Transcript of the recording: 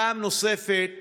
פעם נוספת